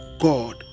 God